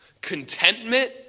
Contentment